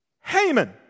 Haman